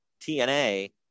TNA